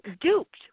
duped